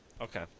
Okay